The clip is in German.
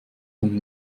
von